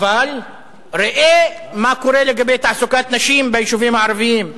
אבל ראה מה קורה באמת בתעסוקת נשים ביישובים הערביים,